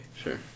Sure